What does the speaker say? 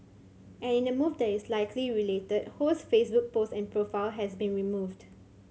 and in a move that is likely related Ho's Facebook post and profile has been removed